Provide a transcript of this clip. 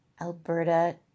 Alberta